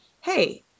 hey